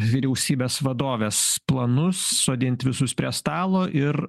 vyriausybės vadovės planus sodint visus prie stalo ir